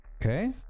Okay